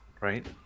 Right